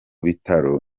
bitaro